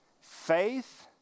Faith